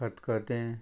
खतखतें